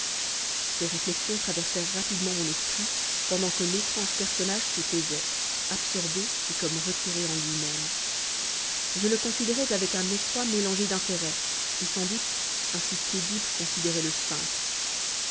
ces réflexions traversèrent rapidement mon esprit pendant que l'étrange personnage se taisait absorbé et comme retiré en lui-même je le considérais avec un effroi mélangé d'intérêt et sans doute ainsi qu'oedipe considérait le sphinx